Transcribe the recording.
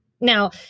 Now